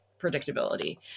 predictability